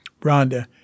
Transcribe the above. Rhonda